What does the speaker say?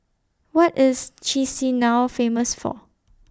What IS Chisinau Famous For